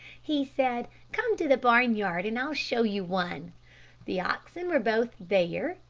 he said, come to the barnyard, and i'll show you one the oxen were both there,